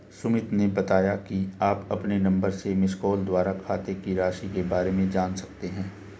सुमित ने बताया कि आप अपने नंबर से मिसकॉल द्वारा खाते की राशि के बारे में जान सकते हैं